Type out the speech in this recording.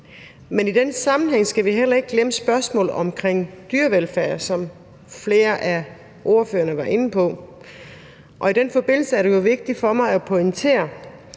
Men i den sammenhæng skal vi heller ikke glemme spørgsmålet om dyrevelfærd, som flere af ordførerne var inde på, og i den forbindelse er det jo vigtigt for mig at pointere,